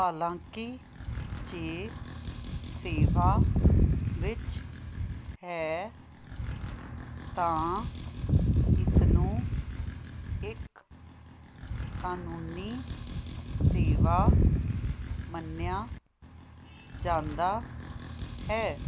ਹਾਲਾਂਕਿ ਜੇ ਸੇਵਾ ਵਿੱਚ ਹੈ ਤਾਂ ਇਸਨੂੰ ਇੱਕ ਕਾਨੂੰਨੀ ਸੇਵਾ ਮੰਨਿਆ ਜਾਂਦਾ ਹੈ